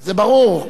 זה ברור.